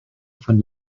von